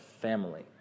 family